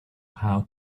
how